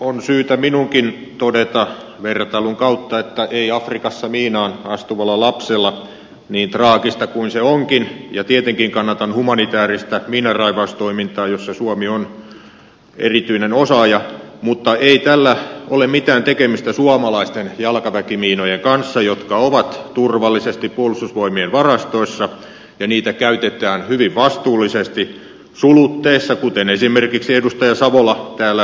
on syytä minunkin todeta vertailun kautta että ei afrikassa miinaan astuvalla lapsella niin traagista kuin se onkin ja tietenkin kannatan humanitääristä miinanraivaustoimintaa jossa suomi on erityinen osaaja ole mitään tekemistä suomalaisten jalkaväkimiinojen kanssa jotka ovat turvallisesti puolustusvoimien varastoissa ja niitä käytetään hyvin vastuullisesti sulutteessa kuten esimerkiksi edustaja savola täällä aiemmin puhui